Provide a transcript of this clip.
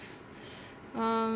um